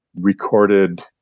recorded